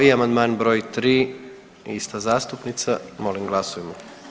I amandman br. 3, ista zastupnica, molim glasujmo.